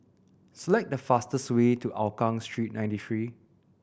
select the fastest way to Hougang Street Ninety Three